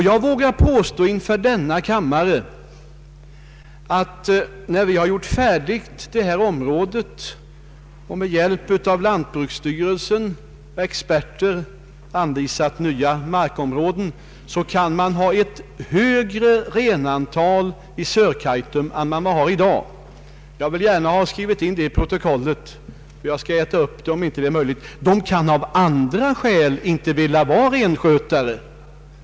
Jag vågar påstå inför denna kammare att när vi färdigställt detta område och med hjälp av lantbruksstyrelsens experter anvisat nya markområden, kan man ha ett större renantal i Sörkaitum än vad man har i dag. Jag vill gärna ha detta antecknat till protokollet. Samerna kan naturligtvis av andra skäl inte vilja vara renskötare.